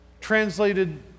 translated